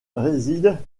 réside